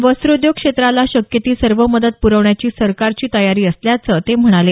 वस्त्रोद्योग क्षेत्राला शक्य ती सर्व मदत प्रवण्याची सरकारची तयारी असल्याचं ते म्हणाले